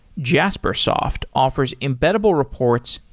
jaspersoft offers embeddable reports,